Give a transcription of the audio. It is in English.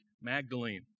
Magdalene